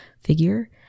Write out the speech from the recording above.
figure